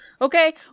okay